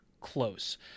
close